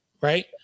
right